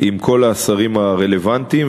עם כל השרים הרלוונטיים,